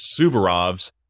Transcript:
Suvorov's